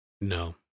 No